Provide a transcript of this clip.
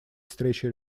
встрече